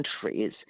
countries